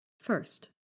First